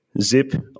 Zip